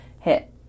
hit